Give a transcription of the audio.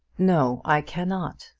no i cannot.